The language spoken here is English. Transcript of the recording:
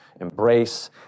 embrace